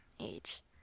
age